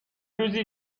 روزی